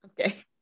Okay